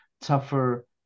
tougher